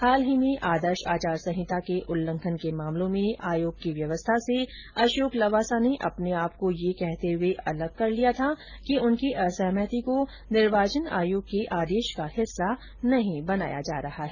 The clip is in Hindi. हाल ही में आदर्श आचार संहिता के उल्लंघन के मामलों में आयोग की व्यवस्था से अशोक लवासा ने अपने आपको यह कहते हुए अलग कर लिया था कि उनकी असहमति को निर्वाचन आयोग के आदेश का हिस्सा नहीं बनाया जा रहा है